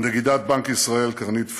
נגידת בנק ישראל קרנית פלוג,